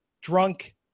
drunk